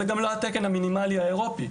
זה גם לא התקן המינימלי האירופאי.